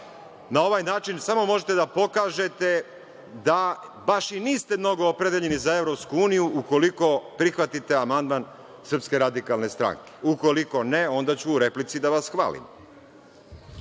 na ovaj način samo možete da pokažete da baš i niste mnogo opredeljeni za Evropsku uniju, ukoliko prihvatite amandman Srpske radikalne stranke. Ukoliko ne, onda ću u replici da vas hvalim.